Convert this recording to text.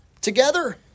together